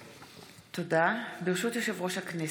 הכנסת,